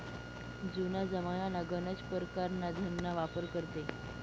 जुना जमानामा गनच परकारना धनना वापर करेत